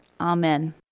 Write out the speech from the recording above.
Amen